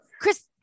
Chris